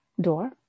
door